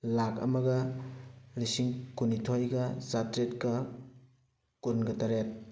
ꯂꯥꯒ ꯑꯃꯒ ꯂꯤꯁꯤꯡ ꯀꯨꯟꯅꯤꯊꯣꯏꯒ ꯆꯥꯇ꯭ꯔꯦꯠꯀ ꯀꯨꯟꯒ ꯇꯔꯦꯠ